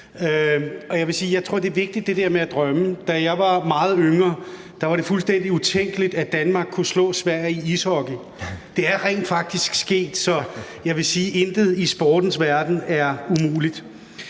med at drømme er vigtigt. Da jeg var meget yngre, var det fuldstændig utænkeligt, at Danmark kunne slå Sverige i ishockey – det er rent faktisk sket, så jeg vil sige, at intet i sportens verden er umuligt.